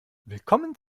willkommen